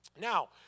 Now